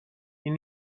این